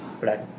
black